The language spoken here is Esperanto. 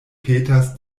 petas